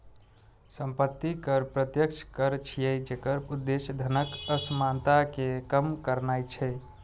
संपत्ति कर प्रत्यक्ष कर छियै, जेकर उद्देश्य धनक असमानता कें कम करनाय छै